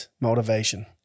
motivation